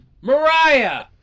Mariah